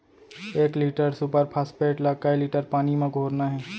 एक litre superphosphate ला कए लीटर पानी मा घोरना हे?